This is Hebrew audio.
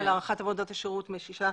על הארכת עבודות השירות משישה